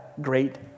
great